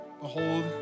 behold